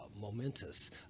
momentous